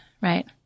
right